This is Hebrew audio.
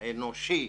האנושי,